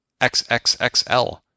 XXXL